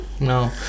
No